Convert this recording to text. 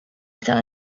están